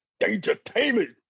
Entertainment